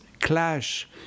clash